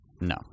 no